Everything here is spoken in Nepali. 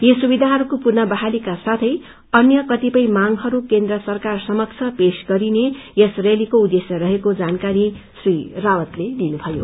यी सुविधाइरूको पुनः बहालीका साथै अन्य कतिपय मागहरू केन्द्र सरकार समक्ष पेश गरिने यस रयालीको उद्देश्य रहेको जानकारी श्री राउतले दिनुभयो